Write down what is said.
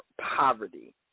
poverty